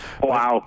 Wow